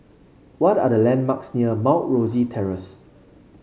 what are the landmarks near Mount Rosie Terrace